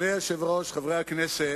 אדוני היושב-ראש, חברי הכנסת,